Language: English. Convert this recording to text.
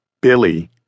Billy